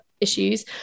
issues